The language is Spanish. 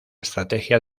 estrategia